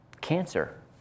cancer